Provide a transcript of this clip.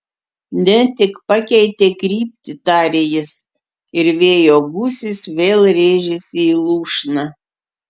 ne tik pakeitė kryptį tarė jis ir vėjo gūsis vėl rėžėsi į lūšną